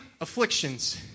afflictions